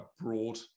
broad